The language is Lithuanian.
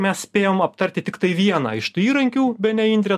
mes spėjom aptarti tiktai vieną iš tų įrankių bene indre